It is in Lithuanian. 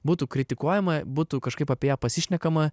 būtų kritikuojama būtų kažkaip apie pasišnekama